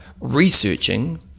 researching